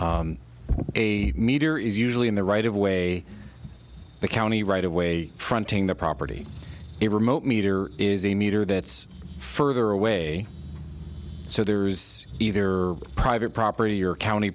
a meter is usually in the right of way the county right away fronting the property a remote meter is a meter that's further away so there's either private property or county